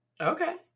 Okay